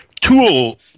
tool